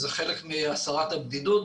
זה חלק מהסרת הבדידות.